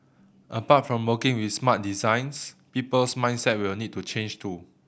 apart from working with smart designs people's mindset will need to change too